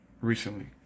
recently